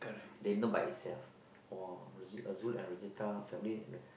they know by itself oh Zul and Rozita family